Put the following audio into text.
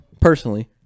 personally